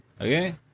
Okay